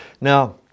now